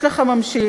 יש לך ממשיך: